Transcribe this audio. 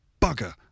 bugger